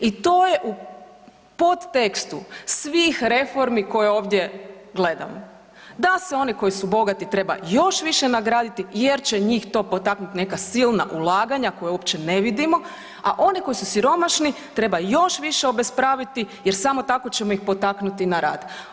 I to je u podtekstu svih reformi koje ovdje gledamo, da se one koji su bogati treba još više nagraditi jer će njih to potaknuti u neka silna ulaganja koja uopće ne vidimo, a one koji su siromašni treba još više obespraviti jer samo tako ćemo ih potaknuti na rad.